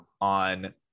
on